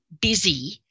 busy